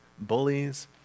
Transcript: bullies